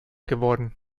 geworden